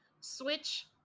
switch